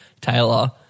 Taylor